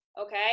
okay